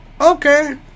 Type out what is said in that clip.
Okay